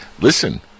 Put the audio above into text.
Listen